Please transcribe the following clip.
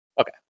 Okay